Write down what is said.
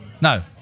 no